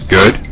Good